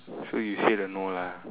so you say the no lah